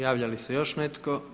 Javlja li se još netko?